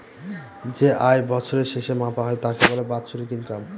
যে আয় বছরের শেষে মাপা হয় তাকে বলে বাৎসরিক ইনকাম